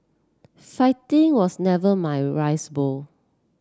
fighting was never my rice bowl